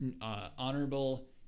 honorable